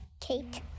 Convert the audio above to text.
Kate